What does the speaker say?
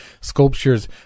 Sculptures